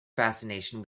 fascination